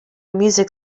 music